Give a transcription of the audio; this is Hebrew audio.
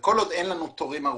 כל עוד אין תורים ארוכים,